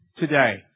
today